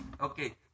Okay